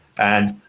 and